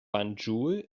banjul